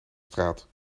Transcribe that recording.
straat